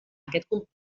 aquest